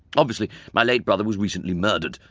obviously, my late brother was recently murdered,